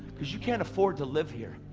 because you can't afford to live here,